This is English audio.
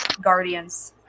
guardian's